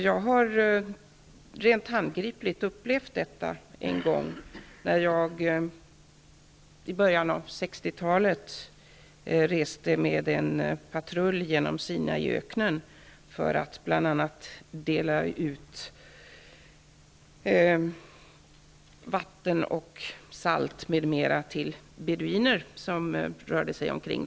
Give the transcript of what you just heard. Jag har rent handgripligt upplevt detta en gång när jag i början av 60-talet reste med en patrull genom Sinaiöknen för att bl.a. dela ut vatten och salt m.m. till beduiner som rörde sig i området.